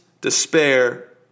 despair